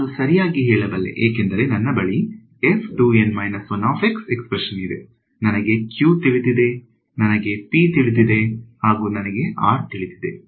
ನಾನು ಸರಿಯಾಗಿ ಹೇಳಬಲ್ಲೆ ಏಕೆಂದರೆ ನನ್ನ ಬಳಿ ಎಕ್ಸ್ಪ್ರೆಶನ್ ಇದೆ ನನಗೆ q ತಿಳಿದಿದೆ ನನಗೆ p ತಿಳಿದಿದೆಹಾಗೂ ನನಗೆ r ತಿಳಿದಿದೆ